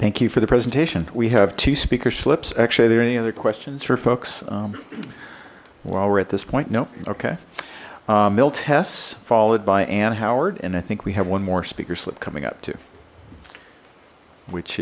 thank you for the presentation we have two speaker slips actually there any other questions for folks while we're at this point no okay mil tests followed by an howard and i think we have one more speaker slip coming up which